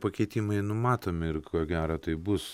pakeitimai numatomi ir ko gero tai bus